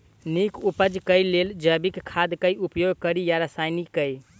नीक उपज केँ लेल जैविक खाद केँ उपयोग कड़ी या रासायनिक केँ?